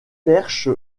perche